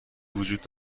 وجود